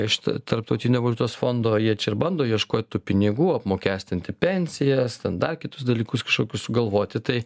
iš tarptautinio valiutos fondo jie čia ir bando ieškot pinigų apmokestinti pensijas ten dar kitus dalykus kažkokius sugalvoti tai